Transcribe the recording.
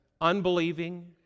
unbelieving